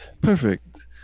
perfect